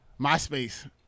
MySpace